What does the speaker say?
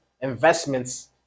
investments